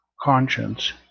conscience